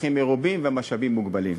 הצרכים מרובים והמשאבים מוגבלים.